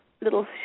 little